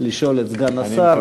לשאול את סגן השר.